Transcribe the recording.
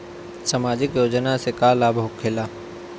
समाजिक योजना से का लाभ होखेला?